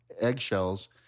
eggshells